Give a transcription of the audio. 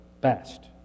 best